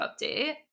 update